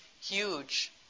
huge